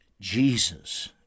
Jesus